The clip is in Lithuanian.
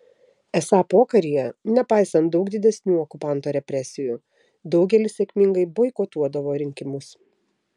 esą pokaryje nepaisant daug didesnių okupanto represijų daugelis sėkmingai boikotuodavo rinkimus